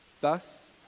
Thus